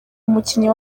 umukinnyi